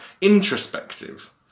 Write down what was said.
introspective